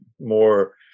more